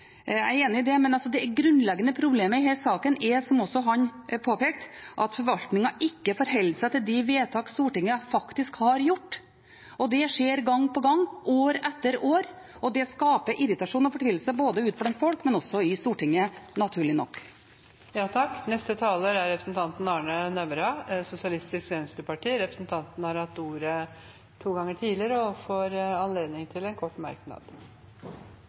Jeg er enig i det, men det grunnleggende problemet i denne saken er, som også han påpekte, at forvaltningen ikke forholder seg til de vedtakene Stortinget har gjort. Det skjer gang på gang, år etter år, og det skaper irritasjon og fortvilelse både ute blant folk og i Stortinget – naturlig nok. Representanten Arne Nævra har hatt ordet to ganger tidligere og får ordet til en kort merknad,